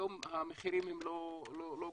היום המחירים הם לא גבוהים,